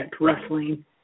Wrestling